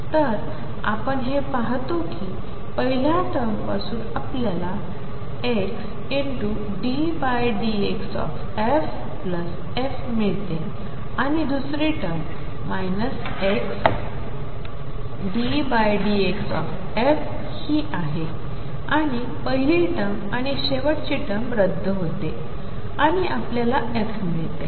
तर आपण हे पाहतो की पहिल्या टर्मपासून आपल्याला xddxff मिळते आणि दुसरी टर्म xddxf हि आहे आणि पहिली टर्म आणि शेवटची टर्म रद्द होते आणि आपल्याला f मिळते